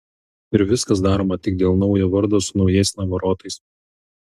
ir viskas daroma tik dėl naujo vardo su naujais navarotais